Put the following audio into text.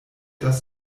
das